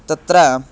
तत्र